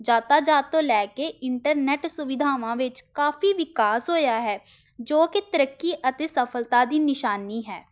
ਯਾਤਾਯਾਤ ਤੋਂ ਲੈ ਕੇ ਇੰਟਰਨੈੱਟ ਸੁਵਿਧਾਵਾਂ ਵਿੱਚ ਕਾਫੀ ਵਿਕਾਸ ਹੋਇਆ ਹੈ ਜੋ ਕਿ ਤਰੱਕੀ ਅਤੇ ਸਫਲਤਾ ਦੀ ਨਿਸ਼ਾਨੀ ਹੈ